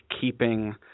keeping